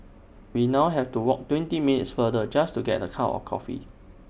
we now have to walk twenty minutes farther just to get A cup of coffee